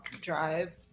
drive